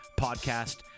podcast